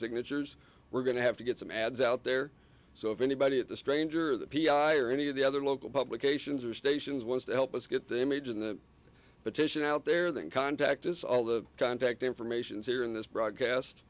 signatures we're going to have to get some ads out there so if anybody at the stranger or the p r i or any of the other local publications or stations wants to help us get they made in the petition out there then contact is all the contact information is here in this broadcast